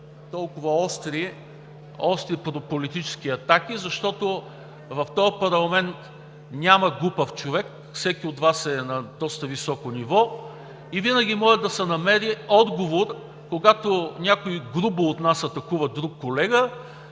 толкова остри, остри като политически атаки, защото в този парламент няма глупав човек. Всеки от Вас е на доста високо ниво и винаги може да се намери отговор, когато някой от нас грубо атакува друг колега.